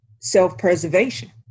self-preservation